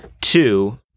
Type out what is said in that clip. Two